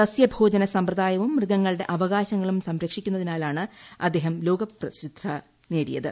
സസ്യഭോജന സമ്പ്രദായവും മൃഗങ്ങളുടെ അവകാശങ്ങളും സംരക്ഷിക്കുന്നതിനാലാണ് അദ്ദേഹം ലോകശ്രദ്ധ നേടിയത്